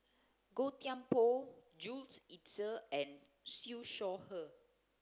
Gan Thiam Poh Jules Itier and Siew Shaw Her